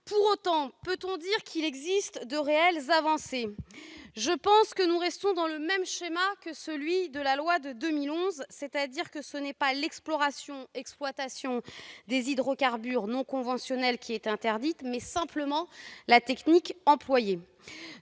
Pour autant, peut-on dire qu'il comporte de réelles avancées ? Je pense que nous restons dans le même schéma que celui de la loi de 2011 : ce n'est pas l'exploration-exploitation des hydrocarbures non conventionnels qui est interdite, mais simplement une technique